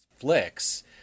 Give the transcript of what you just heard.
flicks